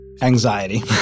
Anxiety